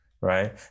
right